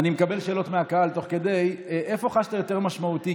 אני מקבל שאלות מהקהל תוך כדי: איפה חשת יותר משמעותי,